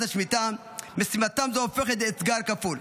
השמיטה משימתם זו הופכת לאתגר כפול.